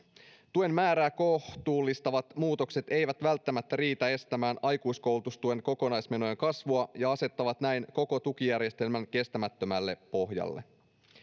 tuen määrää kohtuullistavat muutokset eivät välttämättä riitä estämään aikuiskoulutustuen kokonaismenojen kasvua ja asettavat näin koko tukijärjestelmän kestämättömälle pohjalle